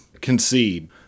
concede